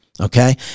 okay